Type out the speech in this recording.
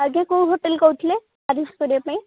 ଆଜ୍ଞା କେଉଁ ହୋଟେଲ୍ କହୁଥିଲେ ଆରେଞ୍ଜ କରିବା ପାଇଁ